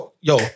Yo